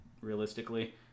realistically